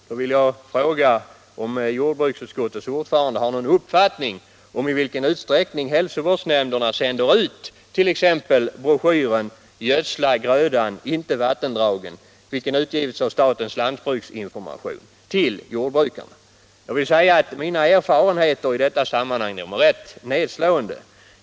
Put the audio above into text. Jag vill fråga om jordbruksutskottets ordförande har någon uppfattning om i vilken utsträckning hälsovårdsnämnderna sänder ut t.ex. broschyren Gödsla grödan — inte vattendragen, vilken utgivits av statens lantbruksinformation, till jordbrukarna. Mina erfarenheter i detta sammanhang är rätt nedslående.